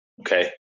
Okay